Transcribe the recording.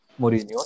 Mourinho